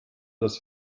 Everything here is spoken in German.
das